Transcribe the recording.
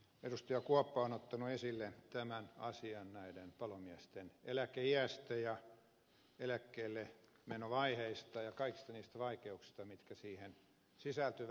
kuoppa on ottanut esille tämän asian näiden palomiesten eläkeiästä ja eläkkeellemenovaiheista ja kaikista niistä vaikeuksista mitkä siihen sisältyvät